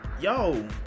yo